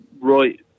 right